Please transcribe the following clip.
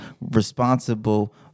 responsible